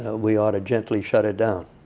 ah we ought to gently shut it down.